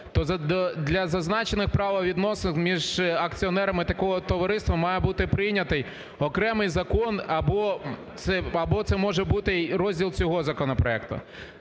то для зазначених правовідносин між акціонерами такого товариства має бути прийнятий окремий закон або це може бути розділ цього законопроекту.